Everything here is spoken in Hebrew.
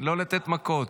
לא לתת מכות.